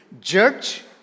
judge